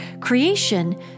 creation